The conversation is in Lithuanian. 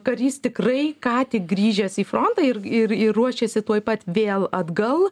karys tikrai ką tik grįžęs į frontą ir ir ir ruošiasi tuoj pat vėl atgal